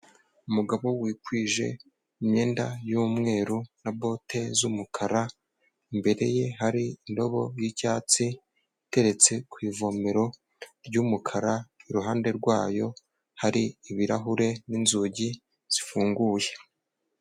Umugabo wikwije imyenda y'umweru na bote z'umukara, imbere ye hari indobo y'icyatsi, iteretse ku ivomero ry'umukara, iruhande rwayo hari ibirahure n'inzugi zifunguye.